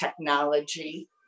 technology